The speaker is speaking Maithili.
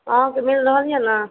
अहाँकऽ मिल रहल यऽ ने